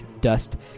dust